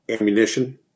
ammunition